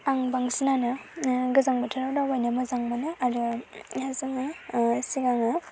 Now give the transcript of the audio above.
आं बांसिनानो गोजां बोथोराव दावबायनो मोजां मोनो आरो जोङो सिगाङो